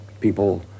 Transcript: people